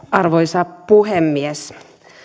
arvoisa puhemies